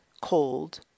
cold